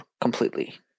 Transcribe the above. completely